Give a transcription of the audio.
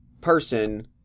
person